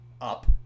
up